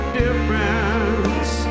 difference